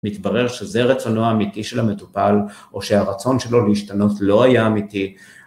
מתברר שזה רצונו האמיתי של המטופל, או שהרצון שלו להשתנות לא היה אמיתי.